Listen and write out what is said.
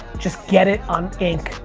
just get it on ink.